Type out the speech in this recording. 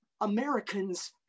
Americans